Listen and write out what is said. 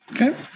Okay